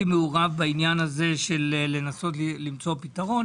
מעורב בעניין הזה של לנסות למצוא פתרון.